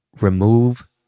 remove